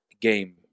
game